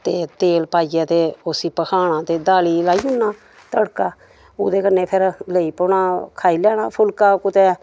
ते तेल पाइये ते उसी भखाना ते दाली ई लाई ओड़ना तड़का ओह्दे कन्नै फिर लेई पौना खाई लैना फुलका कुतै